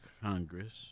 Congress